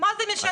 --- מה זה משנה?